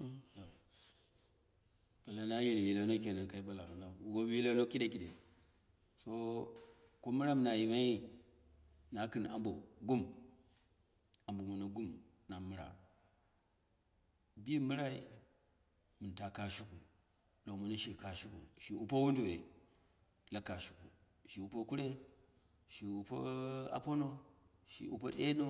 bɨlana yil yilano kenan bai ɓala, wop yɨlano kiɗe kiɗe so ko mɨra mɨnayi mayi, na kɨn abo gum, abo momo gum na mɨra, bi mɨrai nɨnka kashɨku, lomono shɨka, shi wupe woduwoi la kashɨku, shi wupe kure, shi wupe aporo, shi wupe ɗeno